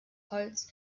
holz